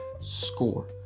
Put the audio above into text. score